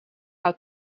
how